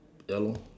ya lor